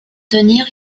tenir